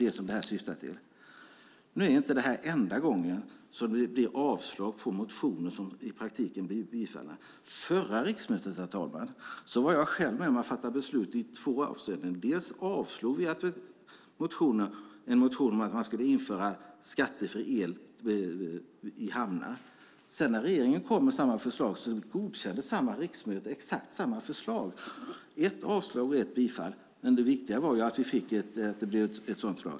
Det här är inte enda gången som det blir avslag på motioner som i praktiken blir bifallna. Under det förra riksmötet var jag med om dessa två beslut: Vi avslog en motion om att införa skattefri el i hamnar. När regeringen kom med samma förslag godkände samma riksmöte det - ett avslogs och ett bifölls. Det viktiga var att det gick igenom.